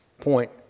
point